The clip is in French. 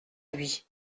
lui